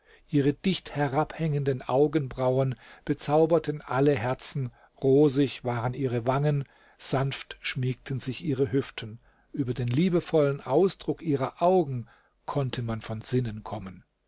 ihre dicht herabhängenden augenbrauen bezauberten alle herzen rosig waren ihre wangen sanft schmiegten sich ihre hüften über den liebevollen ausdruck ihrer augen konnte man von sinnen kommen